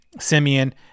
Simeon